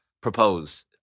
propose